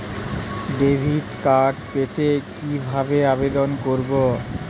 Debit card পেতে কি ভাবে আবেদন করব?